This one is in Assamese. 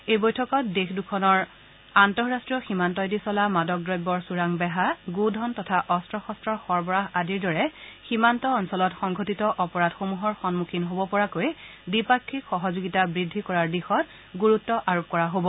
এই বৈঠকত দেশ দখুনৰ আন্তঃৰাষ্ট্ৰীয় সীমান্তইদি চলা মাদক দ্ৰব্যৰ চোৰাং বেহা গোধন তথা অস্ত্ৰ শস্ত্ৰৰ সৰবৰাহ আদিৰ দৰে সীমান্ত অঞ্চলত সংঘটিত অপৰাধসমূহৰ সমুখীন হ'ব পৰাকৈ দ্বিপাক্ষিক সহযোগিতা বৃদ্ধি কৰাৰ দিশত গুৰুত্ব আৰোপ কৰা হ'ব